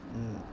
mm